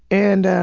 and,